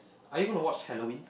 are you going to watch Halloween